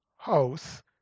house